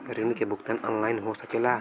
ऋण के भुगतान ऑनलाइन हो सकेला?